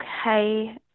okay